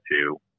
two